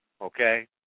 okay